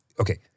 okay